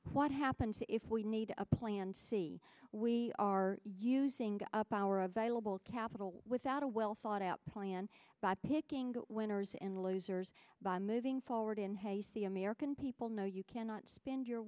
what happens if we need a plan c we are using up our available capital without a well thought out plan by picking winners and losers by moving forward in haste the american people know you cannot spend your